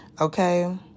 Okay